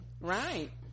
Right